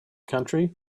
country